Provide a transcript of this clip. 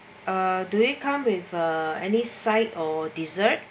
uh do they come with uh any side or dessert